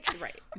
Right